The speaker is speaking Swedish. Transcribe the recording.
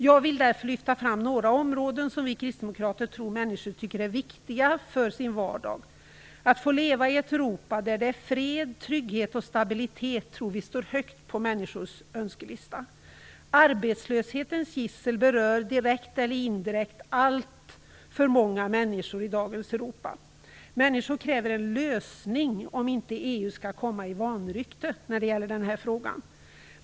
Jag vill därför lyfta fram några områden som vi kristdemokrater tror människor tycker är viktiga för vardagen. Att få leva i ett Europa där det råder fred, trygghet och stabilitet står högt på människors önskelista. Arbetslöshetens gissel berör direkt eller indirekt alltför många människor i dagens Europa. Människor kräver en lösning om inte EU skall komma i vanrykte när det gäller den här frågan.